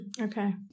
Okay